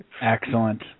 Excellent